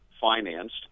financed